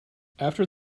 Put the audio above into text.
after